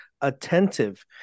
attentive